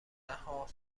نهها